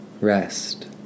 rest